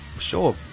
sure